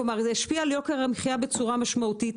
זה ישפיע על יוקר המחיה בצורה משמעותית.